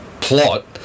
plot